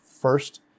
first